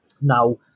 now